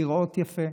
להיראות יפה,